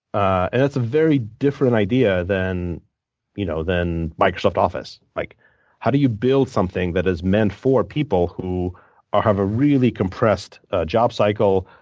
and that's a very different idea than you know than microsoft office. like how do you build something that is meant for people who ah have a really compressed job cycle,